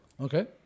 Okay